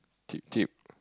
cheap cheap